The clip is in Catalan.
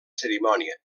cerimònia